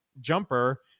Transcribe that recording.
jumper